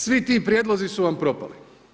Svi ti prijedlozi su vam propali.